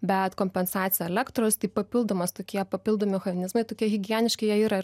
bet kompensacija elektros tai papildomas tokie papildomi mechanizmai tokie higieniški jie yra ir